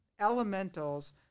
elementals